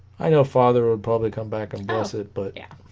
i know father would probably come back and visit but yeah